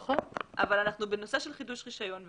אבל אנחנו בנושא של חידוש רישיון.